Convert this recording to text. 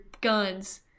guns